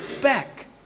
back